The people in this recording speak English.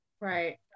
Right